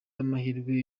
amahirwe